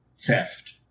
Theft